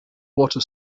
water